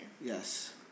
Yes